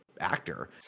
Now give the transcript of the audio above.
actor